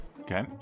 Okay